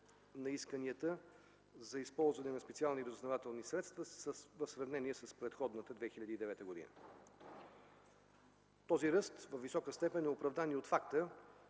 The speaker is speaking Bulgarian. на исканията за използване на специални разузнавателни средства в сравнение с предходната 2009 г. Този ръст във висока степен е оправдан и от факта,